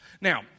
now